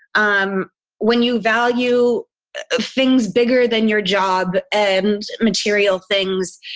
um when you value things bigger than your job and material things,